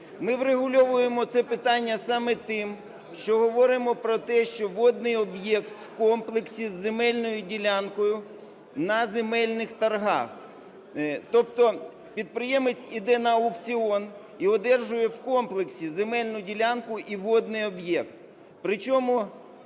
Ми врегульовуємо це питання саме тим, що говоримо про те, що водний об'єкт в комплексі з земельною ділянкою на земельних торгах. Тобто підприємець іде на аукціон і одержує в комплексі земельну ділянку і водний об'єкт,